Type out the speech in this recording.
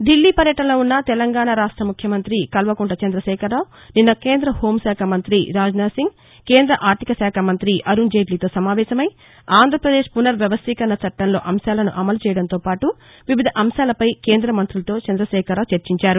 ధిల్లీ పర్యటనలో ఉన్న తెలంగాణ రాష్ట ముఖ్యమంత్రి కల్వకుంట్ల చంద్రశేఖరరావు నిన్న కేంద్ర హెూంశాఖ మంత్రి రాజ్నాథ్ సింగ్ కేంద్ర ఆర్గికశాఖ మంత్రి అరుణ్ జైట్లీతో సమావేశమై ఆంధ్రాపదేశ్ పునర్ వ్యవస్లీకరణ చట్టంలో అంశాలను అమలుచేయడంతో పాటు వివిధ అంశాలపై కేంద్ర మంతులతో చంద్రశేఖరరావు చర్చించారు